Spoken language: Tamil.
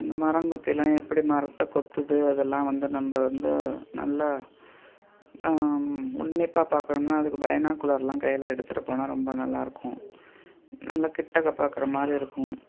ம் மரங்கொத்தியெலாம் எப்படி மரத்தை கொத்துது அதெல்லாம் வந்து நம்ப வந்து நல்லா உன்னிப்பாக பார்க்கணும்னா அதுக்கு பைனாகுலரெலாம் கையில் எடுத்துகிட்டு போனால் ரொம்ப நல்லாயிருக்கும் நல்லா கிட்டக்க பார்க்கற மாதிரி இருக்கும்